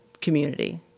community